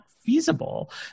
feasible